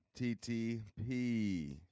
TTP